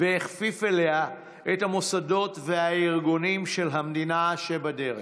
והכפיף אליה את המוסדות והארגונים של המדינה שבדרך,